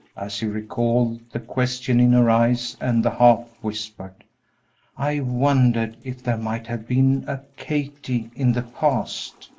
as he recalled the question in her eyes and the half-whispered, i wondered if there might have been a kathie in the past.